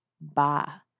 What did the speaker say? ba